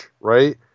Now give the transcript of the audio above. right